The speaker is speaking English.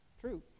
true